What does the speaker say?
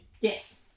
yes